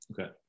Okay